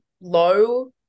low